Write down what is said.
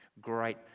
great